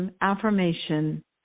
Affirmation